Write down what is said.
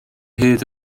hyd